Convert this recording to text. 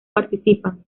participan